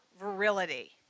virility